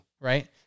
right